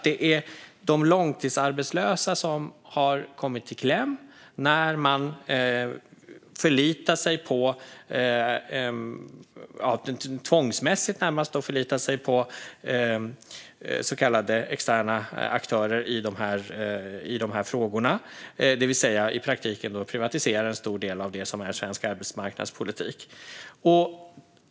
Det är de långtidsarbetslösa som kommer i kläm när man närmast tvångsmässigt förlitar sig på så kallade externa aktörer i dessa frågor, det vill säga i praktiken privatiserar en stor del av det som är svensk arbetsmarknadspolitik.